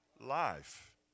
life